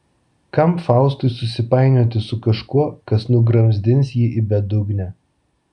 kam faustui susipainioti su kažkuo kas nugramzdins jį į bedugnę